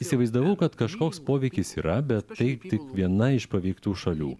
įsivaizdavau kad kažkoks poveikis yra bet tai tik viena iš paveiktų šalių